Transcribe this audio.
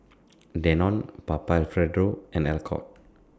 Danone Papa Alfredo and Alcott